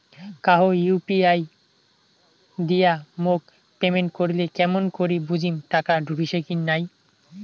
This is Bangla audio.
কাহো ইউ.পি.আই দিয়া মোক পেমেন্ট করিলে কেমন করি বুঝিম টাকা ঢুকিসে কি নাই?